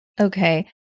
Okay